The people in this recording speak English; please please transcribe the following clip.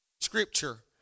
scripture